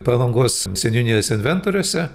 palangos seniūnijos inventoriuose